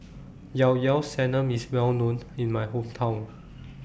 Ilao Ilao Sanum IS Well known in My Hometown